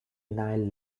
vinyl